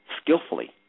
skillfully